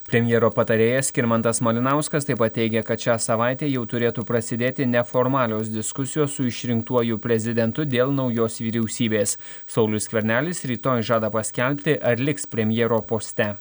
premjero patarėjas skirmantas malinauskas taip pat teigia kad šią savaitę jau turėtų prasidėti neformalios diskusijos su išrinktuoju prezidentu dėl naujos vyriausybės saulius skvernelis rytoj žada paskelbti ar liks premjero poste